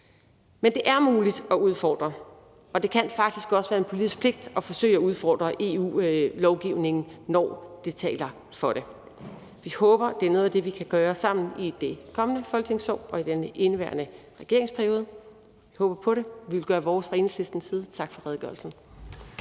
Men det er muligt at udfordre det, og det kan faktisk også være en politisk pligt at forsøge at udfordre EU-lovgivningen, når det taler for det. Vi håber, at det er noget af det, vi kan gøre sammen i det kommende folketingsår og i den indeværende regeringsperiode. Vi håber på det – vi vil gøre vores fra Enhedslistens side. Tak for redegørelsen.